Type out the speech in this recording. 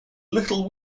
little